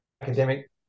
academic